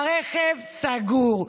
הרכב, סגור.